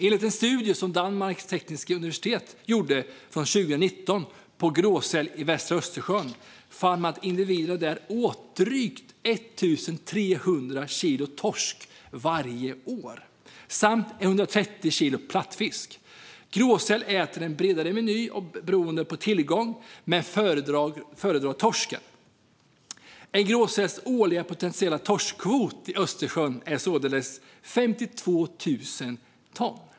En studie som Danmarks Tekniske Universitet gjorde 2019 på gråsäl i västra Östersjön fann att individerna där åt drygt 1 300 kilo torsk varje år samt 130 kilo plattfisk. Gråsäl äter en bredare meny beroende på tillgång men föredrar torsk. Gråsälens årliga potentiella "torskkvot" i Östersjön är således 52 000 ton.